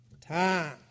Time